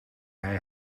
hij